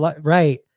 right